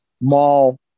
mall